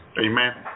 Amen